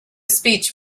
speech